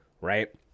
right